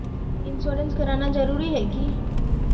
Insurance कराना जरूरी ही है की?